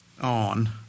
on